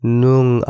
nung